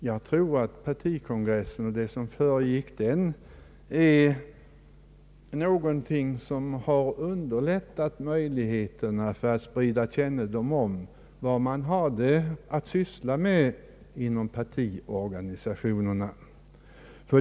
Jag tror att partikongressen och det som föregick den har underlättat möjligheterna att sprida kännedom om vad man hade att syssla med inom partiorganisationerna.